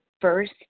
first